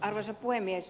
arvoisa puhemies